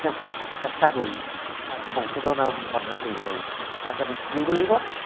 চেষ্টা কৰি তাক সংশোধন আৰু সম্পাদনা কৰিব লাগিব তাৰ কাৰণে কি কৰিব লাগিব